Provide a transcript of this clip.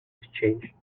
exchange